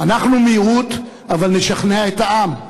אנחנו מיעוט, אבל נשכנע את העם.